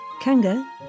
Kanga